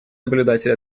наблюдатель